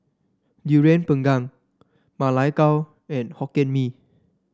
Durian Pengat Ma Lai Gao and Hokkien Mee